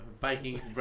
Vikings